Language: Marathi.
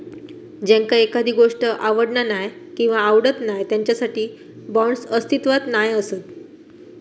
ज्यांका एखादी गोष्ट आवडना नाय किंवा आवडत नाय त्यांच्यासाठी बाँड्स अस्तित्वात नाय असत